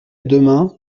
demain